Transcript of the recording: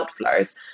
outflows